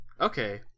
Okay